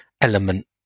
element